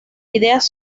ideas